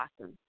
awesome